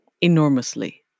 enormously